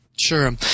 Sure